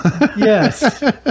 Yes